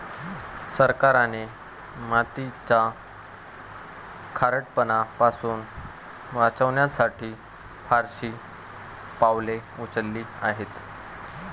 सरकारने मातीचा खारटपणा पासून वाचवण्यासाठी फारशी पावले उचलली आहेत